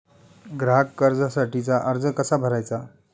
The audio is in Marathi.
ग्राहक कर्जासाठीचा अर्ज कसा भरायचा?